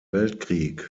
weltkrieg